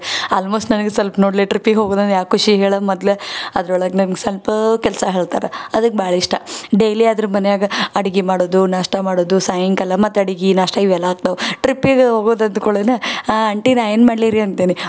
almost ನನಗೆ ಸ್ವಲ್ಪ್ ನೋಡಲೇ ಟ್ರಿಪ್ಪಿಗೆ ಹೋಗೋದಂದು ಯಾವ ಖುಷಿಗ್ ಹೇಳು ಮೊದಲೇ ಅದ್ರೊಳಗೆ ನನ್ಗೆ ಸ್ವಲ್ಪೂ ಕೆಲಸ ಹೇಳ್ತಾರೆ ಅದಕ್ಕೆ ಭಾಳ ಇಷ್ಟ ಡೈಲಿ ಅದ್ರ ಮನೆಯಾಗ ಅಡುಗೆ ಮಾಡೋದು ನಾಷ್ಟ ಮಾಡೋದು ಸಾಯಂಕಾಲ ಮತ್ತು ಅಡುಗೆ ನಾಷ್ಟ ಇವೆಲ್ಲ ಆಗ್ತಾವೆ ಟ್ರಿಪ್ಪಿಗೆ ಹೋಗೋದ್ ಅಂದ್ಕೂಳೆನ ಆಂಟಿ ನಾನು ಏನು ಮಾಡಲಿ ರೀ ಅಂತೀನಿ